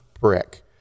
brick